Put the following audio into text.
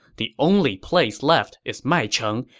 the only place left is maicheng,